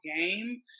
game